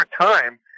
time